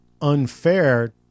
unfair